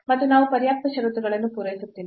ಮತ್ತು ನಾವು ಪರ್ಯಾಪ್ತ ಷರತ್ತುಗಳನ್ನು ಪೂರೈಸುತ್ತಿಲ್ಲ